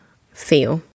feel